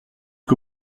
que